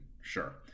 Sure